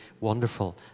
wonderful